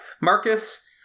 marcus